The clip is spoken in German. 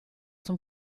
zum